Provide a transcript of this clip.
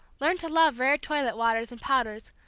learned to love rare toilet waters and powders,